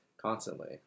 constantly